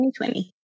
2020